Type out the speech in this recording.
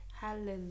Hallelujah